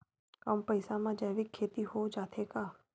कम पईसा मा जैविक खेती हो जाथे का?